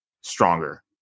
stronger